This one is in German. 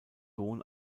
sohn